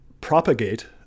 propagate